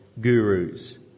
gurus